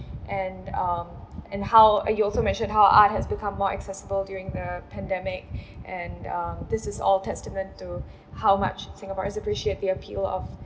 and um and how you also mention how art has become more accessible during the pandemic and um this is all testament to how much singaporeans appreciate the appeal of